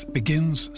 begins